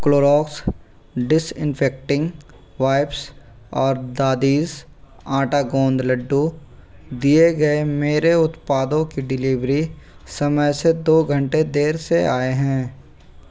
Clorox disinfecting wipes और दादीस आटा गोंद लड्डू दिए गए मेरे उत्पादों की डिलीवरी समय से दो घंटे देर से आए हैं